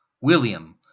William